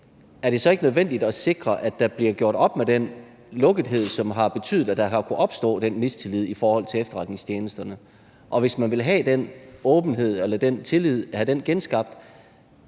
er det så ikke nødvendigt at sikre, at der bliver gjort op med den lukkethed, som har betydet, at der har kunnet opstå den mistillid i forhold til efterretningstjenesterne? Og hvis man vil have genskabt den tillid, må det vel